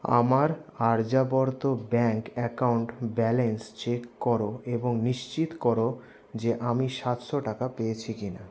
আমার Aryavarta bank account balance check করো এবং নিশ্চিত করো যে আমি সাতশো টাকা পেয়েছি কি না